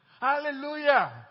Hallelujah